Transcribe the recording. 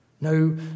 no